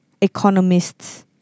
economists